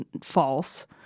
false